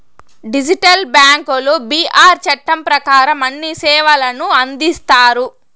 digital బ్యాంకులు BR చట్టం ప్రకారం అన్ని సేవలను అందిస్తాయి